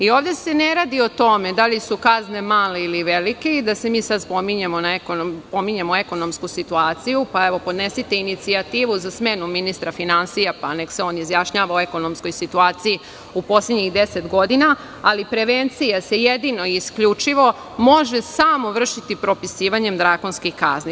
Ovde se ne radi o tome da li su kazne male ili velike i da mi sada pominjemo ekonomsku situaciju, pa evo podnesite inicijativu za smenu ministra finansija, pa neka se on izjašnjava o ekonomskoj situaciji u poslednjih deset godina, ali prevencija se jedino isključivo može samo vršiti propisivanjem drakonskih kazni.